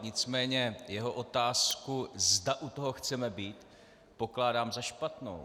Nicméně jeho otázku, zda u toho chceme být, pokládám za špatnou.